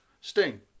Sting